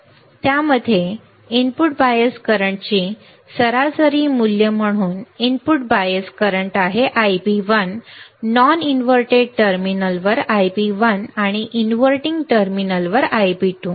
त्यामध्ये input bias करंट्सचे सरासरी मूल्य म्हणून इनपुट बायस करंट आहे Ib1 नॉन इनव्हर्टेड टर्मिनलवर Ib1 आणि इनव्हर्टिंग टर्मिनलवर Ib2